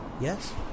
Yes